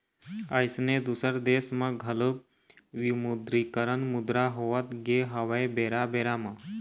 अइसने दुसर देश म घलोक विमुद्रीकरन मुद्रा होवत गे हवय बेरा बेरा म